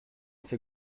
ces